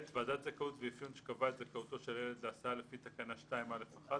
ועדת זכאות ואפיון שקבעה את זכאותו של ילד להסעה לפי תקנה 2(א)(1)